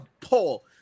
poll